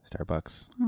starbucks